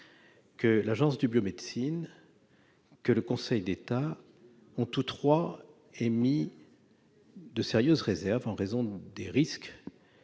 l'Agence de la biomédecine et le Conseil d'État ont tous trois émis de sérieuses réserves en raison des risques